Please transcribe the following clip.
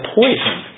poison